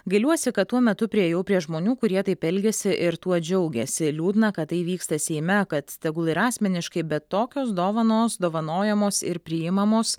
gailiuosi kad tuo metu priėjau prie žmonių kurie taip elgiasi ir tuo džiaugiasi liūdna kad tai vyksta seime kad tegul ir asmeniškai bet tokios dovanos dovanojamos ir priimamos